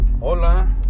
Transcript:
Hola